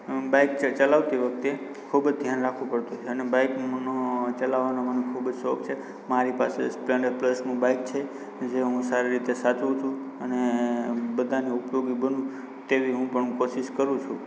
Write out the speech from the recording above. bike ચ ચલાવતી વખતે ખૂબ જ ધ્યાન રાખવું પડતું હોય છે અને બાઇકને ચલાવવાનો મને ખૂબ જ શોખ છે મારી પાસે સ્પ્લેન્ડર પ્લસનું બાઇક છે જે હું સારી રીતે સાચવું છું અને બધાને ઉપયોગી બનું તેવી હું પણ કોશિશ કરું છું